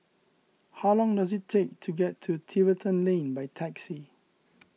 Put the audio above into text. how long does it take to get to Tiverton Lane by taxi